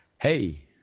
hey